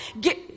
Get